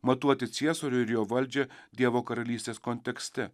matuoti ciesorių ir jo valdžią dievo karalystės kontekste